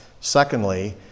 Secondly